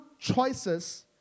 choices